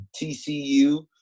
TCU